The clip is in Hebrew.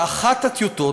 באחת הטיוטות,